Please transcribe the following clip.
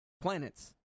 planets